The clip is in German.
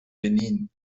benin